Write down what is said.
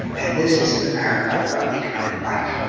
and this is in the paragraph about economic life.